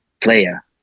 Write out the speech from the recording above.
player